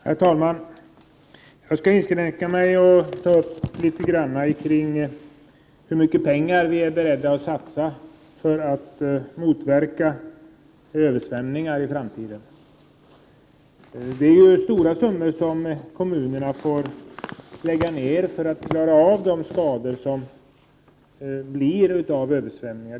Herr talman! Jag skall inskränka mig till att tala något om frågan hur mycket pengar vi är beredda att i framtiden satsa för att motverka översvämningar. Det är stora summor som kommunerna får lägga ned för att klara av de skador som uppstår på grund av översvämningar.